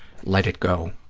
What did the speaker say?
let it go.